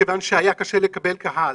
כל זאת מכיוון שהיה קשה לקבל קהל.